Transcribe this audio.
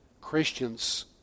Christians